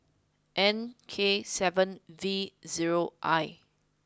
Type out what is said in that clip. N K seven V zero I